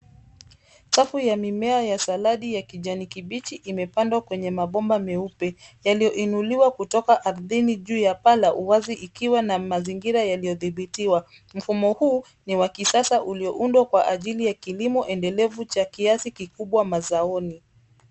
Safu ya mimea ya saladi ya kijani kibichi imepandwa kwenye mabomba meupe yalioinuliwa kutoka ardhini juu ya paa la uwazi ikiwa na mazingira yaliodhibitiwa. Mfumo huu ni wa kisasa ulioundwa kwa ajili ya kilimo endelevu cha kiasi kikubwa mazaoni.